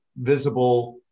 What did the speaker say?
visible